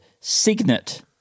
Signet